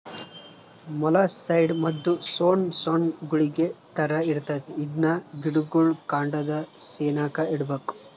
molluscicide ಮದ್ದು ಸೊಣ್ ಸೊಣ್ ಗುಳಿಗೆ ತರ ಇರ್ತತೆ ಇದ್ನ ಗಿಡುಗುಳ್ ಕಾಂಡದ ಸೆನೇಕ ಇಡ್ಬಕು